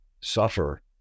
suffer